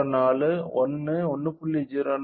04 1 1